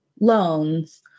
loans